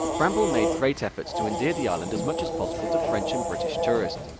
bramble made great efforts to endear the island as much as possible to french and british tourists,